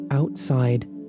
Outside